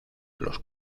los